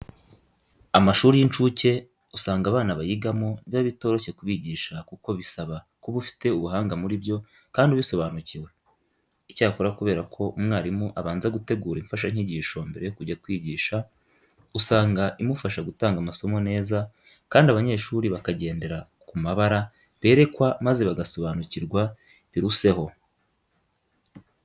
Amashuri y'inshuke usanga abana bayigamo biba bitoroshye kubigisha kuko bisaba kuba ufite ubuhanga muri byo kandi ubisobanukiwe. Icyakora kubera ko umwarimu abanza gutegura imfashanyigisho mbere yo kujya kwigisha, usanga imufasha gutanga amasomo neza kandi abanyeshuri bakagendera ku mabara berekwa maze bagasobanukirwa biruseho.